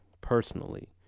personally